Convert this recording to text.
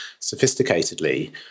sophisticatedly